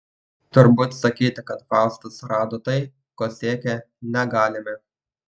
turbūt sakyti kad faustas rado tai ko siekė negalime